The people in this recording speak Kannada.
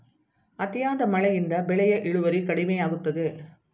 ಅತಿಯಾದ ಮಳೆಯಿಂದ ಬೆಳೆಯ ಇಳುವರಿ ಕಡಿಮೆಯಾಗುತ್ತದೆ